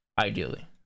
ideally